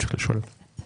לעשות את זה בצורה מסודרת.